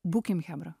būkim chebra